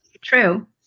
True